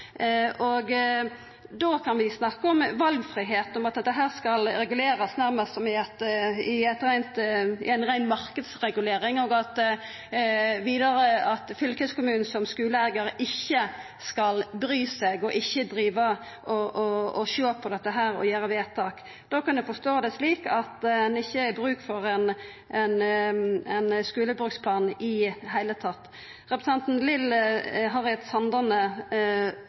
ned. Da kan vi snakka om valfridom – om at dette skal regulerast nærmast som i ei rein marknadsregulering, og vidare at fylkeskommunen som skuleeigar ikkje skal bry seg og ikkje sjå på dette og gjera vedtak. Da kan ein forstå det slik at det ikkje er bruk for ein skulebruksplan i det heile. Representanten Lill